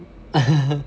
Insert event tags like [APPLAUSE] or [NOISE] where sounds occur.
[LAUGHS]